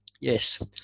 Yes